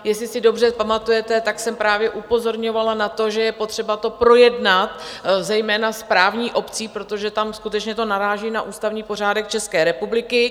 Jestli si dobře pamatujete, tak jsem právě upozorňovala na to, že je potřeba to projednat, zejména s právní obcí, protože tam skutečně to naráží na ústavní pořádek České republiky.